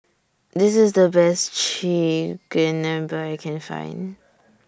This IS The Best Chigenabe I Can Find